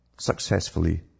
Successfully